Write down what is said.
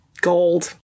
gold